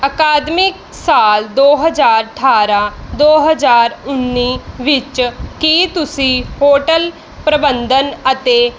ਅਕਾਦਮਿਕ ਸਾਲ ਦੋ ਹਜ਼ਾਰ ਅਠਾਰ੍ਹਾਂ ਦੋ ਹਜ਼ਾਰ ਉੱਨੀ ਵਿੱਚ ਕੀ ਤੁਸੀਂ ਪੋਰਟਲ ਪ੍ਰਬੰਧਨ ਅਤੇ